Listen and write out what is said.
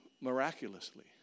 miraculously